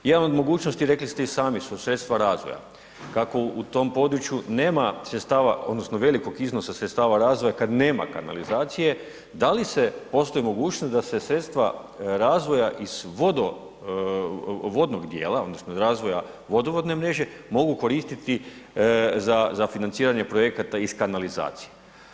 Jedna od mogućnosti, rekli ste i sami su sredstva razvoja kako u tom području nema sredstava odnosno velikog iznosa sredstava razvoja kad nema kanalizacije, da li se, postoji mogućnost da se sredstva razvoja iz vodnog djela odnosno iz razvoja vodovodne mreže, mogu koristiti za financiranje projekata iz kanalizacije?